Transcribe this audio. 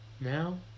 now